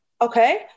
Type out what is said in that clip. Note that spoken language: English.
okay